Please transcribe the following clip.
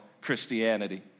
Christianity